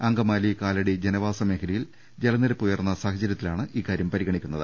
അങ്കമാ ലി കാലടി ജനവാസ മേഖലയിൽ ജലനിരപ്പ് ഉയർന്ന സാഹചരൃത്തിലാണ് ഇക്കാര്യം പരിഗണിക്കുന്നത്